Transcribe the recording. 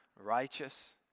righteous